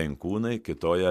inkūnai kitoje